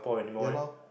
yalor